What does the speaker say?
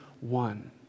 one